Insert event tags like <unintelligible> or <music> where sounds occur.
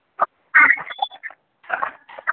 <unintelligible>